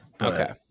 Okay